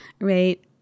right